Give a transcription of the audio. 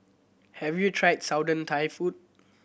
have you tried Southern Thai food